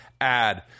Add